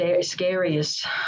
scariest